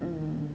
mm